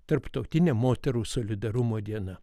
tarptautinė moterų solidarumo diena